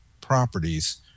properties